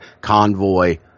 Convoy